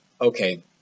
okay